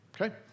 Okay